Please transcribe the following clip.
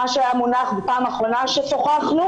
מה שהיה מונח בפעם האחרונה ששוחחנו,